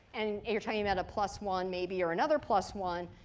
and you're talking about a plus one maybe or another plus one,